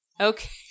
Okay